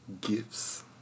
gifts